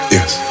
Yes